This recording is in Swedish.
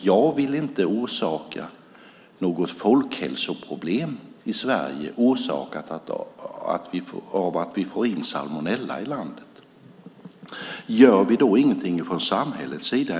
Jag vill inte orsaka något folkhälsoproblem i Sverige genom att vi får in salmonella i landet. Gör vi då ingenting från samhällets sida?